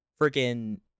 freaking